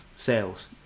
Sales